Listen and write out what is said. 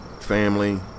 Family